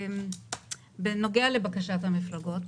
בנוגע לבקשת המפלגות,